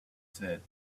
said